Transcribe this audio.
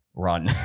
Run